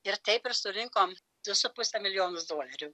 ir taip ir surinkom du su puse milijonus dolerių